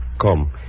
Come